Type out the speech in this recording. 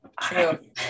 true